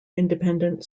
independent